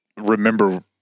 remember